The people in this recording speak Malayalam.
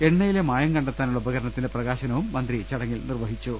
എണ്ണയിലെ മായം കണ്ടെത്താ നുള്ള ഉപകരണത്തിന്റെ പ്രകാശനവും മന്ത്രി നിർവഹിച്ചു